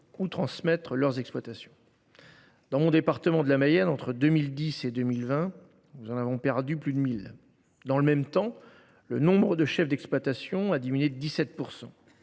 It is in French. ou transmettre leurs exploitations ? Dans mon département de la Mayenne, entre 2010 et 2020, nous en avons perdu plus de 1 000. Dans le même temps, le nombre de chefs d’exploitation a diminué de 17 %.